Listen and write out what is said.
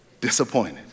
Disappointed